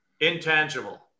intangible